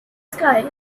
sky